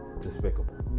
despicable